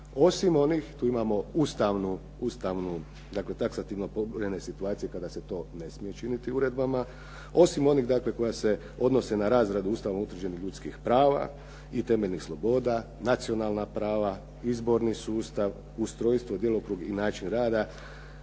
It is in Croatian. osim onih, tu imamo ustavno dakle taksativno pobrojene situacije kada se to ne smije činiti uredbama, osim onih dakle koje se odnose na razradu Ustavom utvrđenih ljudskih prava i temeljnih sloboda, nacionalna prava, izborni sustav, ustrojstvo, djelokrug i način rada